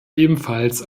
ebenfalls